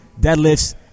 deadlifts